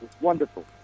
Wonderful